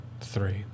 Three